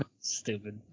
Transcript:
Stupid